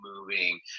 moving